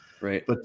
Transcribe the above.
Right